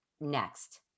next